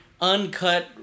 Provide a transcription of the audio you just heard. uncut